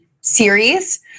series